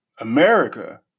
America